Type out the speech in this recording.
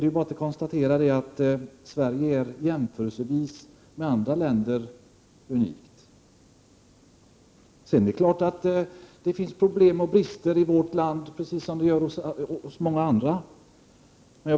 Det är bara att konstatera att Sverige jämfört med andra länder är ett unikt land. Det är klart att det finns problem och brister i vårt land, precis som i så många andra länder.